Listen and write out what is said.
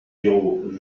giraud